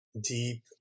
deep